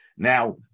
Now